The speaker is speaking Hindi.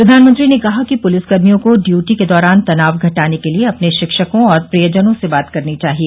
प्रधानमंत्री ने कहा कि पुलिसकर्मियों को ड्यूटी के दौरान तनाव घटाने के लिए अपने शिक्षकों और प्रियजनों से बात करनी चाहिए